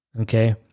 okay